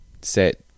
set